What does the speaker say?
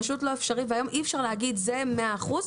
היום אי-אפשר להגיד זה מאה אחוז.